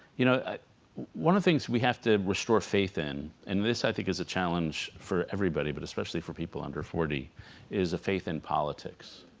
you know one of the things we have to restore faith in and this i think is a challenge for everybody but especially for people under forty is a faith in politics